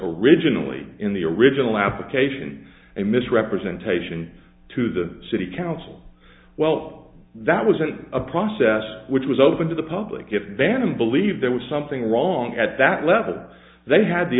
originally in the original application and misrepresentation to the city council well that wasn't a process which was open to the public event to believe there was something wrong at that level they had the